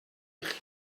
eich